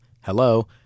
hello